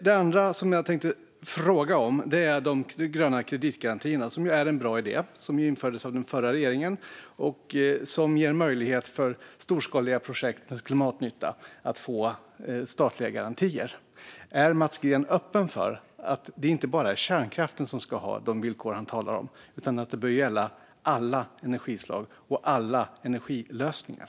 Det andra som jag tänkte fråga om är de gröna kreditgarantierna, som är en bra idé och som infördes av den förra regeringen. De ger möjlighet för storskaliga projekt med klimatnytta att få statliga garantier. Är Mats Green öppen för att det inte bara är kärnkraften som ska ha de villkor han talar om och att dessa bör gälla alla energislag och energilösningar?